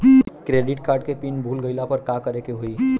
Credit card के PIN भूल गईला पर का करे के होई?